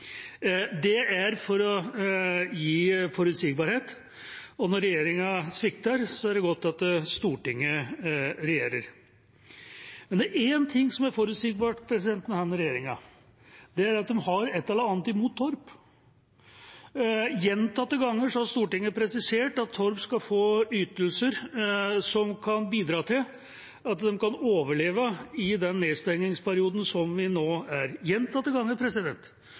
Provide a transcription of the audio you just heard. Det er for å gi forutsigbarhet, og når regjeringa svikter, er det godt at Stortinget regjerer. Men det er én ting som er forutsigbart med denne regjeringa, og det er at de har et eller annet imot Torp. Gjentatte ganger har Stortinget presisert at Torp skal få ytelser som kan bidra til at de kan overleve i den nedstengningsperioden vi nå er